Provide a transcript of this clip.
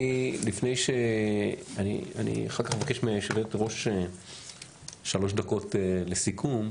אני אחר כך אבקש מהיושבת-ראש שלוש דקות לסיכום,